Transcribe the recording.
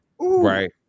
Right